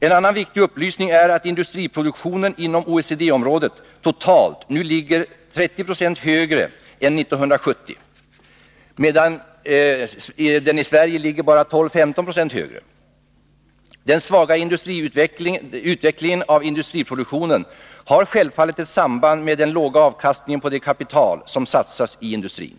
En annan viktig upplysning är att industriproduktionen inom OECD området totalt nu ligger 30 76 högre än 1970, medan den i Sverige ligger bara 12-15 90 högre. Den svaga utvecklingen av industriproduktionen har självfallet ett samband med den låga avkastningen på det kapital som satsas i industrin.